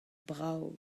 brav